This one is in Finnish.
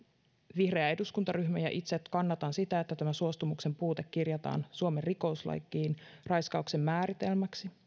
vihreä eduskuntaryhmä ja minä kannatamme sitä että suostumuksen puute kirjataan suomen rikoslakiin raiskauksen määritelmäksi me